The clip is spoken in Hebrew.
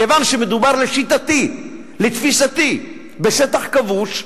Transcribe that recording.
כיוון שמדובר, לשיטתי, לתפיסתי, בשטח כבוש,